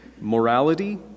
morality